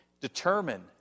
determine